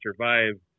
survive